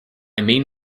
mean